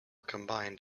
combined